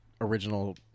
original